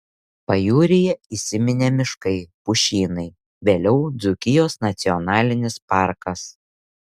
pajūryje įsiminė miškai pušynai vėliau dzūkijos nacionalinis parkas